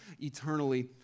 eternally